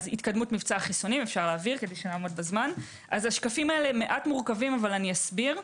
OPV. השקפים האלה מעט מורכבים אבל אסביר.